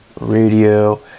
radio